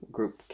Group